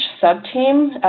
sub-team